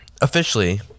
officially